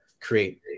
create